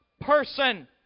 Person